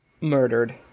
Murdered